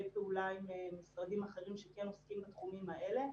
פעולה עם משרדים אחרים שכם עוסקים בתחומים האלה.